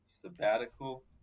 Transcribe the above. sabbatical